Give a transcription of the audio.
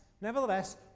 nevertheless